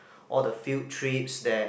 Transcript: all the field trips that